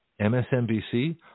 MSNBC